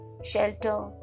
Shelter